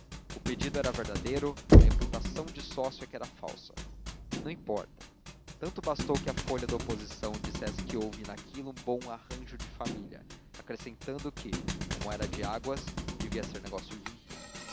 o pedido era verdadeiro a imputação de sócio é que era falsa não importa tanto bastou para que a folha da oposição dissesse que houve naquilo um bom arranjo de família acrescentando que como era de águas devia ser negócio limpo